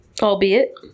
albeit